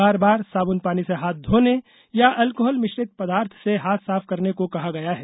बार बार साबुन पानी से हाथ धोने या अल्कोहल मिश्रित पदार्थ से हाथ साफ करने को को कहा गया है